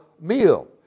meal